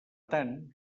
tant